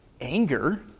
anger